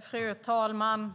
Fru talman!